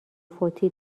فوتی